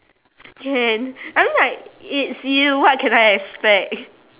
okay I mean like it's you what can I expect